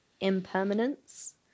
impermanence